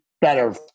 better